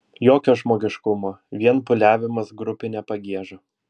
jokio žmogiškumo vien pūliavimas grupine pagieža